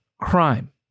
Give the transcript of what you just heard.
crime